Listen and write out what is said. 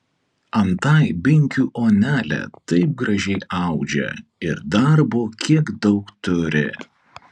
antai binkių onelė taip gražiai audžia ir darbo kiek daug turi